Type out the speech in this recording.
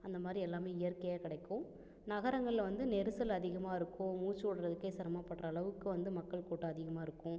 அந்த மாதிரி எல்லாமே இயற்கையாக கிடைக்கும் நகரங்களில் வந்து நெரிசல் அதிகமாக இருக்கும் மூச்சு முட்றதுக்கே சிரமப்பட்ற அளவுக்கு வந்து மக்கள் கூட்டம் அதிகமாக இருக்கும்